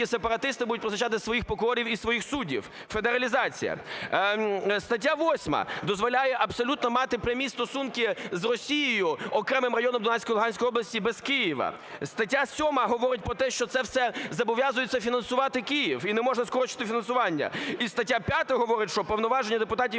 сепаратисти будуть призначати своїх прокурорів і своїх суддів. Федералізація. Стаття 8 дозволяє абсолютно мати прямі стосунки з Росією окремим районам Донецької, Луганської області без Києва. Стаття 7 говорить про те, що це все зобов'язується фінансувати Київ, і не можна скорочувати фінансування. І стаття 5 говорить, що повноваження депутатів